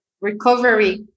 recovery